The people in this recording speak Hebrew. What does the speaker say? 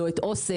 לא את אסם,